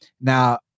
now